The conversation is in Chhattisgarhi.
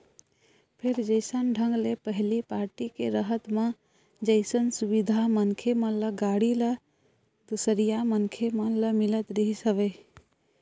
फेर जइसन ढंग ले पहिली पारटी के रहत म जइसन सुबिधा मनखे मन ल, गाड़ी ल, दूसरइया मनखे मन ल मिलत रिहिस हवय